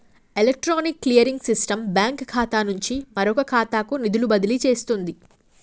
electronic clearing system bank ఖాతా నుండి మరొక ఖాతాకు నిధులు బదిలీ చేస్తుంది